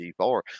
G4